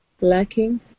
Lacking